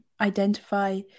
identify